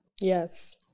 Yes